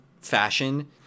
fashion